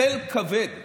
צל כבד,